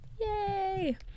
Yay